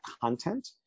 content